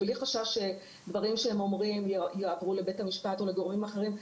בלי חשש שדברים שהם אומרים יועברו לבית המשפט או לגורמים אחרים.